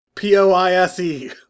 P-O-I-S-E